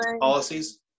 policies